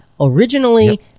Originally